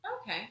Okay